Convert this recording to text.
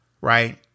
right